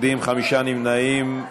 חישוב ארנונה כללית לפי מטרים רבועים שלמים),